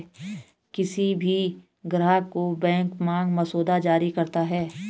किसी भी ग्राहक को बैंक मांग मसौदा जारी करता है